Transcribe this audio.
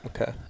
Okay